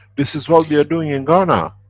this is what we are doing in ghana.